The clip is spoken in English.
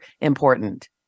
important